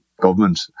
government